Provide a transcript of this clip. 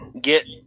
get